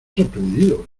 sorprendido